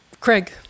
Craig